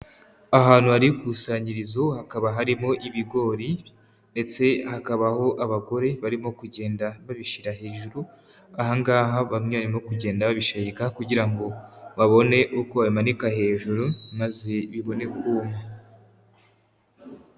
Ahantu hari ikusanyirizo, hakaba harimo ibigori ndetse hakabaho abagore barimo kugenda babishyira hejuru, aha ngaha bamwe barimo kugenda babishayika kugira ngo babone uko babimanika hejuru maze bibone kuma.